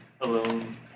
alone